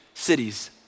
cities